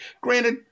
Granted